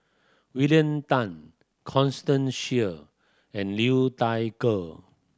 William Tan Constance Sheare and Liu Thai Ker